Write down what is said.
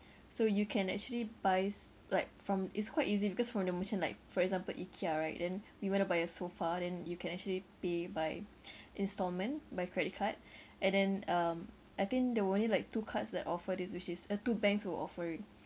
so you can actually buy s~ like from it's quite easy because from the merchant like for example Ikea right then we want to buy a sofa then you can actually pay by instalment by credit card and then um I think there were only like two cards that offer this which is uh two banks who offer it